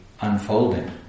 unfolding